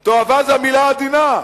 "תועבה" זו המלה העדינה.